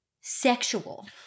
Sexual